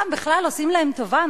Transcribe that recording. גם בכלל עושים להם טובה,